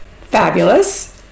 Fabulous